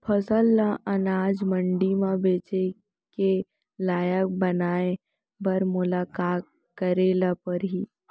फसल ल अनाज मंडी म बेचे के लायक बनाय बर मोला का करे ल परही?